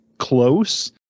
close